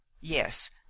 yes